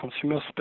consumer's